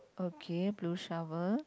okay blue shower